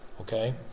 okay